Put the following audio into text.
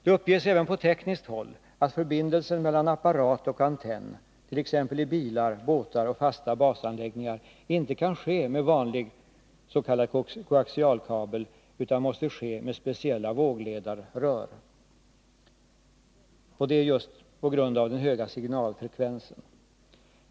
Det uppges även på tekniskt håll att förbindelsen mellan apparat och antenn — t.ex. i bilar, båtar och fasta basanläggningar — inte kan ske med vanlig s.k. koaxialkabel utan måste ske med speciella vågledarrör just på grund av den höga signalfrekvensen.